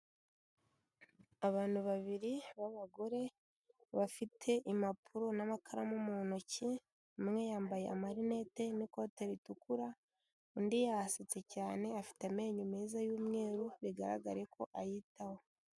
Abantu babiri b'abagore bafite impapuro n'amakaramu mu ntoki, umwe yambaye amarinete n'ikote ritukura, undi yasetse cyane afite amenyo meza y'umweru bigaragare ko ayitaho.